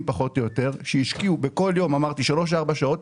פחות או יותר שהשקיעו בכל יום שלוש-ארבע שעות,